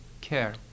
care